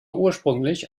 ursprünglich